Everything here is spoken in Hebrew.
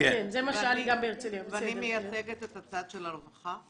כו, ואני מייצגת את הצד של הרווחה.